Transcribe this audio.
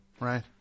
right